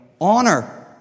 honor